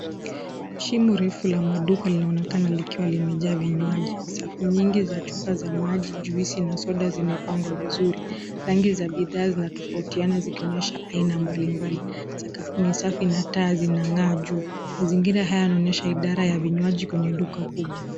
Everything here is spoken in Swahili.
Shimo refu la maduka linaonekana likiwa limejaa vinywaji. Safu nyingi za chupa za maji, juisi, na soda, zimepangwa vizuri. Rangi za bidhaa zinatofautiana, zikionyesha aina mbali mbali. Sakafu ni safi na taa zinang'aa juu. Mazingira haya yanaonyesha idara ya vinywaji kwenye duka kubwa.